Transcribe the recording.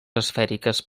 esfèriques